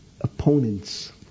Opponents